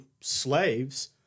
slaves